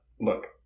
look